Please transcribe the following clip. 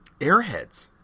Airheads